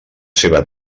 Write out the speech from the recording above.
seva